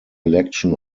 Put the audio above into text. election